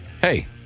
hey